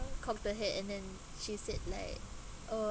cocked the head and then she said like oh